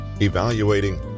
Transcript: evaluating